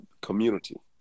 Community